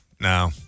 No